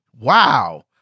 Wow